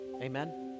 Amen